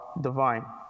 divine